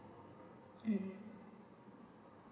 mm